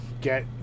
Get